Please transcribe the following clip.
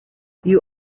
you